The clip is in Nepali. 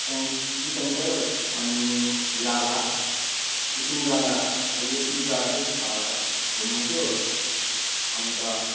त्यहाँदेखि सिटी सेन्टर अनि लाभा यो तिनजङ्ग ए यो तिनजग्गा चाहिँ घुम्नु थियो अन्त